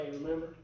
remember